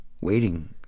waiting